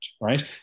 right